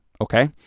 Okay